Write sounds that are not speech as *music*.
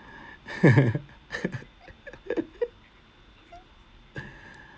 *laughs*